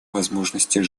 возможности